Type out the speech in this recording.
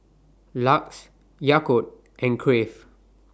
LUX Yakult and Crave